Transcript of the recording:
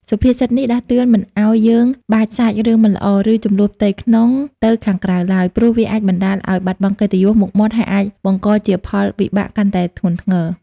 សុភាសិតនេះដាស់តឿនមិនឱ្យយើងបាចសាចរឿងមិនល្អ ឬជម្លោះផ្ទៃក្នុងទៅខាងក្រៅឡើយ ព្រោះវាអាចបណ្ដាលឱ្យបាត់បង់កិត្តិយស មុខមាត់ ហើយអាចបង្កជាផលវិបាកកាន់តែធ្ងន់ធ្ងរ។